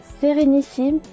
Sérénissime